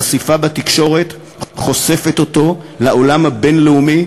חשיפה בתקשורת חושפת אותו לעולם הבין-לאומי,